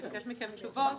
אני אבקש מכם תשובות.